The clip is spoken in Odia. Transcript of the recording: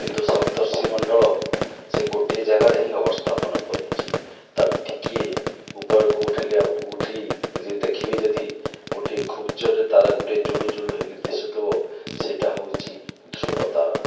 କିନ୍ତୁ ସପ୍ତର୍ଷିମଣ୍ଡଳ ସେ ଗୋଟିଏ ଜାଗାରେ ହିଁ ଅବସ୍ଥାପନ କରିଛି ତା'ର ଟିକିଏ ଉପରକୁ ଉଠିଲେ ଉଠି ଦେଖିବେ ଯଦି ଗୋଟିଏ ଖୁବ୍ ଜୋର୍ରେ ତାରା ଗୋଟିଏ ଜୁଳୁଜୁଳୁ ହୋଇକରି ଦିଶୁଥିବ ସେଇଟା ହେଉଛି ଧ୍ରୁବ ତାରା